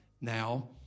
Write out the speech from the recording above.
now